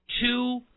two